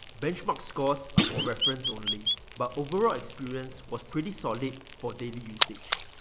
benchmarks scores are for reference only but overall experience was pretty solid for daily usage.